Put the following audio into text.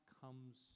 comes